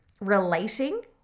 relating